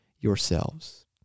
yourselves